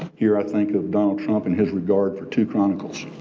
here, i think of donald trump in his regard for two chronicles.